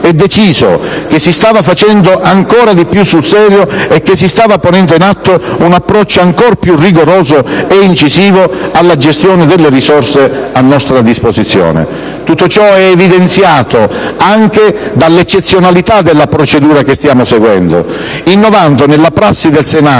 e deciso che si stava facendo ancora di più sul serio e che si stava ponendo in atto un approccio ancor più rigoroso e incisivo alla gestione delle risorse a nostra disposizione. Tutto ciò è evidenziato anche dalla eccezionalità della procedura che stiamo seguendo, innovando nella prassi del Senato